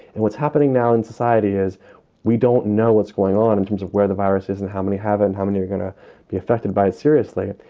and what's happening now in society is we don't know what's going on in terms of where the virus is and how many have it, and how many are going to be affected by it seriously.